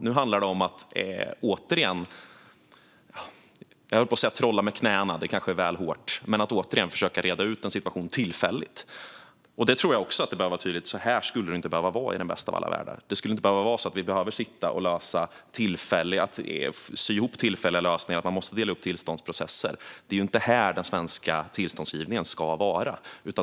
Nu handlar det om att återigen - jag höll på att säga trolla med knäna, det kanske är väl hårt - försöka reda ut en situation tillfälligt. Så här skulle det inte behöva vara i den bästa av alla världar. Det skulle inte behöva vara så att vi måste sy ihop tillfälliga lösningar och dela upp tillståndsprocesser. Det är inte här den svenska tillståndsgivningen ska vara.